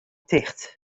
ticht